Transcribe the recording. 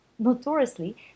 Notoriously